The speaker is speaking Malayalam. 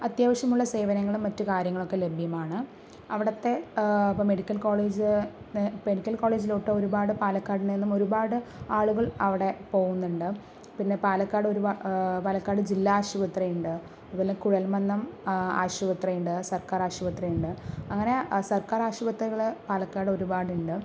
അത്യാവശ്യമുള്ള സേവനങ്ങളും മറ്റു കാര്യങ്ങളൊക്കെ ലഭ്യമാണ് അവിടത്തെ മെഡിക്കൽ കോളേജ് മെഡിക്കൽ കോളേജിലോട്ട് ഒരുപാട് പാലക്കാട് നിന്നും ഒരുപാട് ആളുകൾ അവിടെ പോകുന്നുണ്ട് പിന്നെ പാലക്കാട് ഒരുപാ പാലക്കാട് ജില്ലാ ആശുപത്രിയുണ്ട് അതുപോലെ കുഴൽമന്നം ആശുപത്രിയുണ്ട് സർക്കാർ ആശുപത്രിയുണ്ട് അങ്ങനെ സർക്കാർ ആശുപത്രികള് പാലക്കാട് ഒരുപാടുണ്ട്